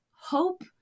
hope